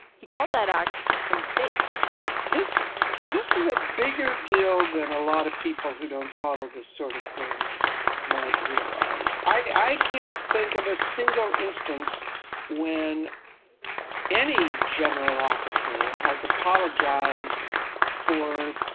he called that act a mistake this this is a bigger deal than a lot of people who don't follow this sort of thing might realize. i can't think of a single instance when any general officer has apologized for.